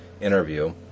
interview